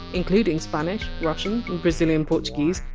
including spanish, russian and brazilian portuguese,